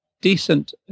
decent